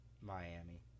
Miami